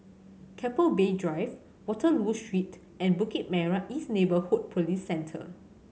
Keppel Bay Drives Waterloo Street and Bukit Merah East Neighbourhood Police Centre